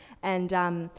and, um,